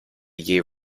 year